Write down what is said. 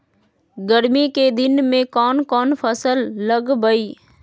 गर्मी के दिन में कौन कौन फसल लगबई?